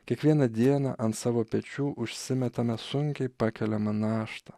kiekvieną dieną ant savo pečių užsimetame sunkiai pakeliamą naštą